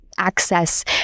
access